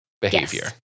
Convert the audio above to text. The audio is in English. behavior